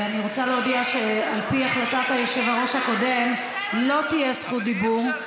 אני רוצה להודיע שעל פי החלטת היושב-ראש הקודם לא תהיה זכות דיבור.